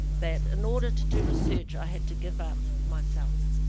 that in order to do research, i had to give up myself.